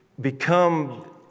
become